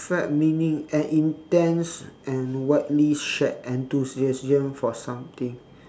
fad meaning an intense and widely shared enthusiasm for something